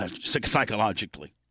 psychologically